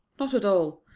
not at all.